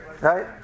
Right